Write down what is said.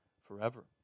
forever